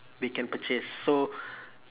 they can purchase so